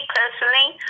personally